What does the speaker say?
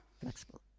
Flexible